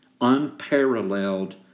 Unparalleled